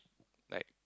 like